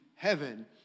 heaven